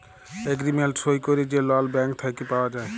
agreement সই ক্যইরে যে লল ব্যাংক থ্যাইকে পাউয়া যায়